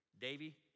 Davy